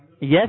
Yes